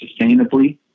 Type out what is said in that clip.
sustainably